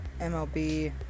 MLB